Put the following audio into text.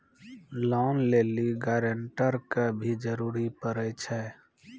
Loan लै लेली guarantor के भी जरूरी पड़ै छै?